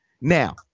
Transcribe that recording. Now